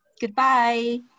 goodbye